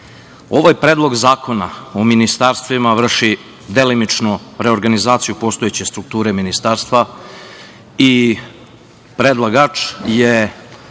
ovaj Predlog zakona o ministarstvima vrši delimičnu reorganizaciju postojeće strukture ministarstava i predlagač je